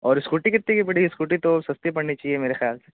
اور اسکوٹی کتنے کی پڑے گی اسکوٹی تو سستی پرنی چاہیے میرے خیال سے